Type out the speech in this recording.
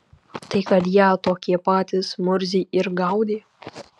tai kad ją tokie patys murziai ir gaudė